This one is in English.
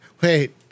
wait